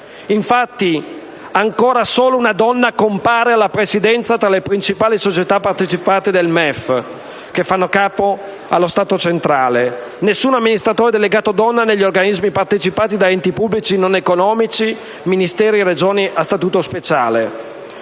Infatti, ancora solo una donna compare alla presidenza tra le principali società partecipate del MEF che fanno capo allo Stato centrale; nessun amministratore delegato donna negli organismi partecipati da enti pubblici non economici, Ministeri e Regioni a statuto speciale.